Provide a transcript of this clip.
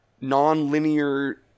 non-linear